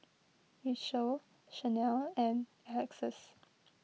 Rachelle Shanell and Alexus